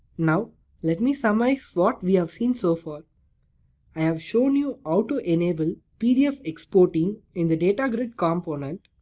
now let me summarize what we have seen so far. i have shown you how ah to enable pdf exporting in the data grid component.